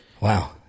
Wow